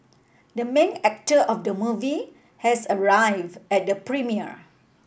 the main actor of the movie has arrived at the premiere